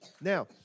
Now